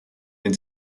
den